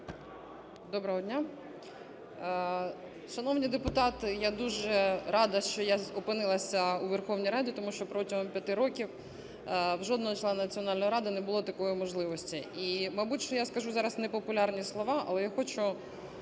Доброго дня. Шановні депутати, я дуже рада, що я опинилася у Верховній Раді, тому що протягом п'яти років у жодного члена Національної ради не було такої можливості. І мабуть, що я скажу зараз непопулярні слова, але я хочу